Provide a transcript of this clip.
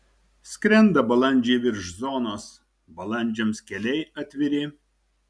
skrenda balandžiai virš zonos balandžiams keliai atviri